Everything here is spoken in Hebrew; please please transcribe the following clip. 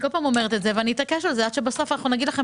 אומרת ואני אתעקש על זה עד שבסוף אנחנו נגיד לכם